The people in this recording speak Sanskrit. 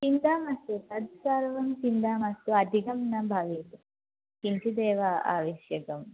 चिन्ता मास्तु तत्सर्वं चिन्ता मास्तु अधिकं न भवेत् किञ्चिदेव आवश्यकम्